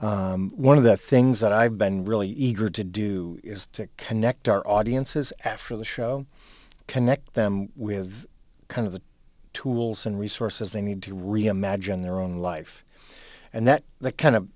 it one of the things that i've been really eager to do is to connect our audiences after the show connect them with kind of the tools and resources they need to reimagine their own life and that the kind of